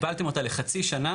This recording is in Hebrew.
בעצם החוק מגביל לחצי שנה